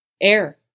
air